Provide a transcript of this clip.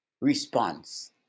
response